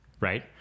right